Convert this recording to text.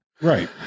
Right